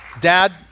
dad